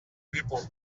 people